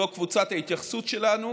זו קבוצת ההתייחסות שלנו,